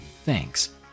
Thanks